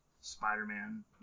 Spider-Man